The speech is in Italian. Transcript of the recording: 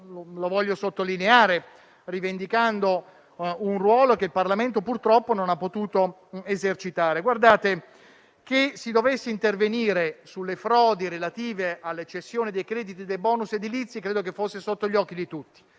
e voglio sottolinearlo, rivendicando un ruolo che il Parlamento purtroppo non ha potuto esercitare. Colleghi, il fatto che si dovesse intervenire sulle frodi relative alle cessioni dei crediti dei *bonus* edilizi credo che fosse sotto gli occhi di tutti.